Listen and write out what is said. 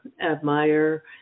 admire